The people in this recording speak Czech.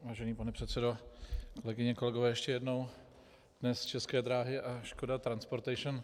Vážený pane předsedo, kolegyně, kolegové, ještě jednou dnes České dráhy a Škoda Transportation.